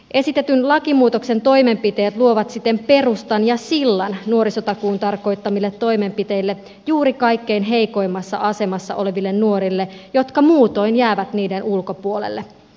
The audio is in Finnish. esitetyn lakimuutoksen toimenpiteet luovat siten perustan ja sillan nuorisotakuun tarkoittamille toimenpiteille juuri kaikkein heikoimmassa asemassa oleville nuorille jotka muutoin jäävät niiden ulkopuolelle